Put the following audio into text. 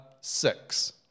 six